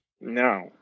No